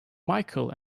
micheal